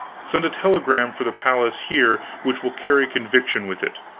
send a telegram for the palace here which will carry conviction with it.